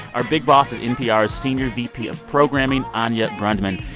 our big boss at npr is senior vp of programming, anya grundmann.